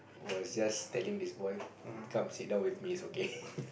was just telling this boy come sit down with me it's okay